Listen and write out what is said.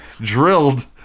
drilled